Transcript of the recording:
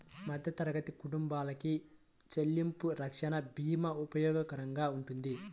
మధ్యతరగతి కుటుంబాలకి చెల్లింపు రక్షణ భీమా ఉపయోగకరంగా వుంటది